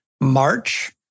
March